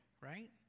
right